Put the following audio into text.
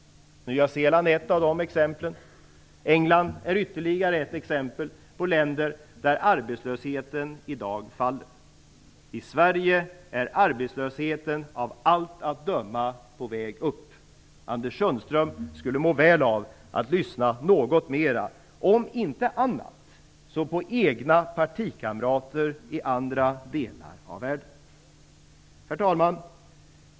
Nya Zeeland är ett exempel, och England är ytterligare ett exempel på ett land där arbetslösheten i dag faller. I Sverige är arbetslösheten av allt att döma på väg upp. Anders Sundström skulle må väl av att lyssna något mera, om inte annat så på egna partikamrater i andra delar av världen. Herr talman!